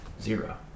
Zero